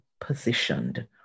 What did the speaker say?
positioned